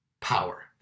power